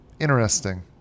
interesting